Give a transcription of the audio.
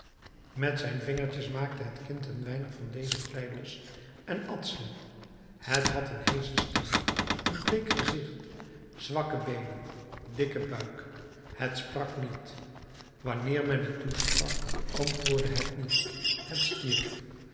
met zijn vingertjes maakte het kind een weinig van deze klei los en at ze het had een heesche stem een bleek gezicht zwakke beenen dikken buik het sprak niet wanneer men het toesprak antwoordde het niet het stierf